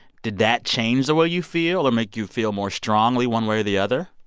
did that change the way you feel or make you feel more strongly one way or the other?